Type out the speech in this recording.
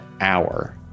hour